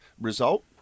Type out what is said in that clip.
result